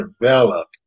develop